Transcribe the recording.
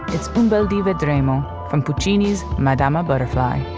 it's bumbo diva raimo from puccini's madama butterfly